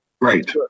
Right